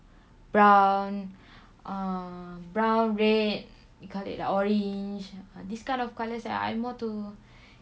brown ah brown red call it lah orange uh this kind of colours that I'm more to